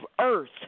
earth